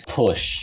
push